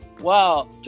wow